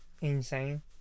insane